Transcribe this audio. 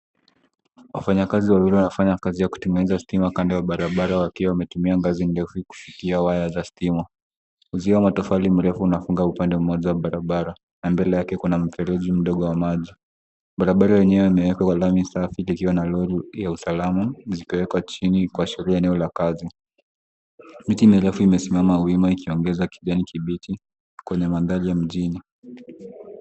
Wafanyi kazi wawili wanafanya ya kutengeneza stima kando ya barabara wakiwa wametumia ngazi ndefu kufikia waya za stima. Usio wa matofali mrefu unafunga upande moja barabara na mbele kuna mrefeji mdogo wa maji. Barabara enyewe imewekwa kwa lami safi likiwa na lori ya usalama zikiwekwa jini kuashiria eneo la kazi. Miti mirefu imesimama wima ikiongeza kijani kibichi kwenye maandari ya mjini.